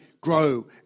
grow